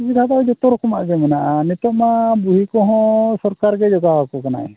ᱥᱩᱵᱤᱫᱟ ᱫᱚ ᱡᱚᱛᱚ ᱨᱚᱠᱚᱢᱟᱜ ᱜᱮ ᱢᱮᱱᱟᱜᱼᱟ ᱟᱨ ᱱᱤᱛᱚᱜᱢᱟ ᱵᱩᱲᱦᱤ ᱠᱚᱦᱚᱸ ᱥᱚᱨᱠᱟᱜᱮ ᱡᱳᱜᱟᱣ ᱟᱠᱚ ᱠᱟᱱᱟᱭ